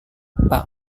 pak